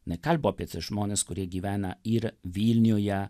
nekalbu apie žmones kurie gyvena ir vilniuje